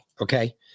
okay